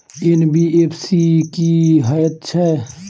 NBFC की हएत छै?